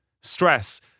stress